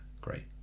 Great